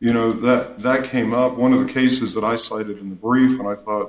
you know that that came up one of the cases that i cited in the brief and i